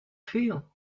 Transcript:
feel